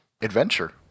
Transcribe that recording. Adventure